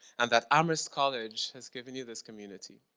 and that amherst college has given you this community.